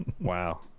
Wow